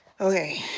Okay